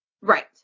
Right